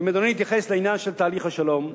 אדוני התייחס לעניין של תהליך השלום.